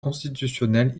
constitutionnelle